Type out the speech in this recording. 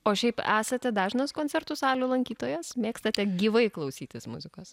o šiaip esate dažnas koncertų salių lankytojas mėgstate gyvai klausytis muzikos